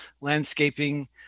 landscaping